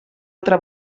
altra